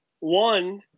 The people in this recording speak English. one